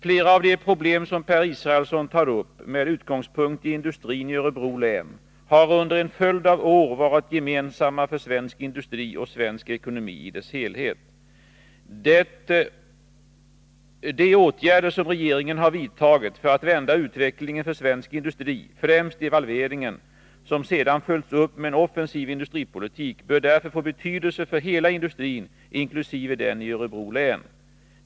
Flera av de problem som Per Israelsson tar upp med utgångspunkt i industrin i Örebro län har under en följd av år varit gemensamma för svensk industri och svensk ekonomi i dess helhet. Nr 135 De åtgärder som regeringen har vidtagit för att vända utvecklingen för Måndagen den svensk industri — främst devalveringen, som sedan följts upp med en offensiv 2 maj 1983 industripolitik — bör därför få betydelse för hela industrin, inkl. deni Örebro = län.